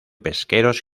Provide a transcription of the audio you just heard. pesqueros